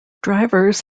drivers